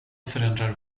förändrar